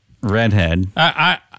Redhead